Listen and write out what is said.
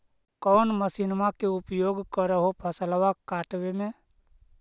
कौन मसिंनमा के उपयोग कर हो फसलबा काटबे में?